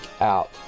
out